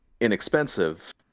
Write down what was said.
inexpensive